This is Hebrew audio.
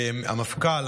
המפכ"ל,